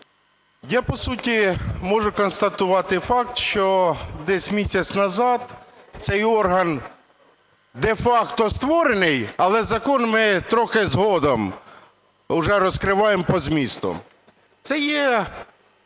я по суті можу констатувати факт, що десь місяць назад цей орган де-факто створений, але закон ми трохи згодом уже розкриваємо по змісту. Це є